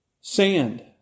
sand